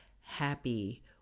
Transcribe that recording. happy